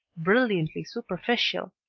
brilliantly superficial